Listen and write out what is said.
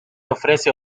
ofrece